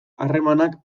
harremanak